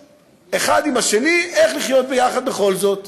אחד עם האחר איך לחיות יחד בכל זאת.